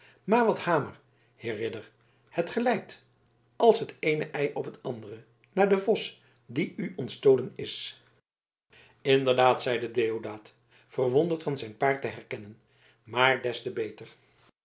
maar wat hamer heer ridder het gelijkt als t eene ei op t andere naar den vos die u ontstolen is inderdaad zeide deodaat verwonderd van zijn paard te herkennen maar des te beter